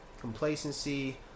complacency